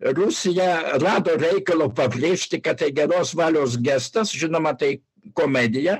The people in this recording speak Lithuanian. rusija rado reikalo pabrėžti kad tai geros valios gestas žinoma tai komedija